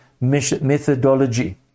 methodology